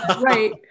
right